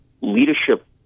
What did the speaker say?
leadership